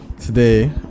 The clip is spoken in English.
today